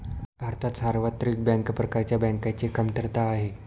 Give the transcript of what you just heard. भारतात सार्वत्रिक बँक प्रकारच्या बँकांची कमतरता आहे